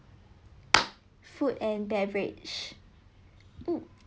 food and beverage um